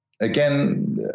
again